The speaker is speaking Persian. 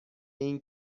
این